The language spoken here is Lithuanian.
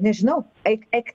nežinau eik eik